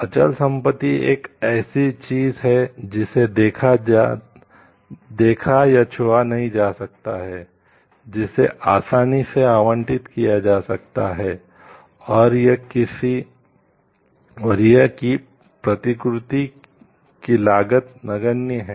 अचल संपत्ति एक ऐसी चीज है जिसे देखा या छुआ नहीं जा सकता है जिसे आसानी से आवंटित किया जा सकता है और यह कि प्रतिकृति की लागत नगण्य है